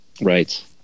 Right